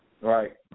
Right